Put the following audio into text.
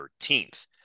13th